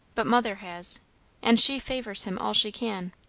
but mother has and she favours him all she can.